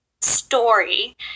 story